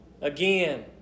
again